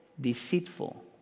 deceitful